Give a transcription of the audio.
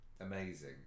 amazing